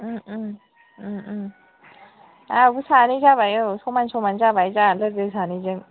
आंहाबो सानै जाबाय समान समान जाबाय दा लोगो सानैजों